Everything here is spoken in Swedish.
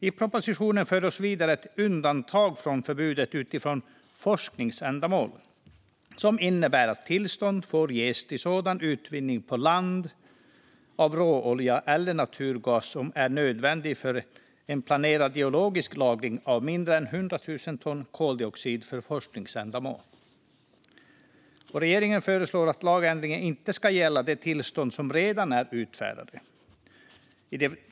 I propositionen föreslås vidare ett undantag från förbudet utifrån forskningsändamål som innebär att tillstånd får ges till sådan utvinning på land av råolja eller naturgas som är nödvändig för en planerad geologisk lagring av mindre än 100 000 ton koldioxid för forskningsändamål. Regeringen föreslår att lagändringarna inte ska gälla de tillstånd som redan är utfärdade.